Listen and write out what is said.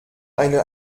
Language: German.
eine